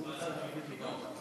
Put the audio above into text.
חינוך?